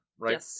Right